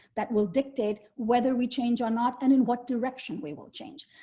that will dictate whether we change or not, and in what direction we will change.